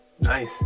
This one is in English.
Nice